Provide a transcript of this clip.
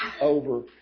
over